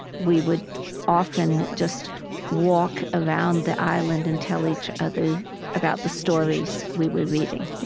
we would often just walk around the island and tell each other about the stories we were reading.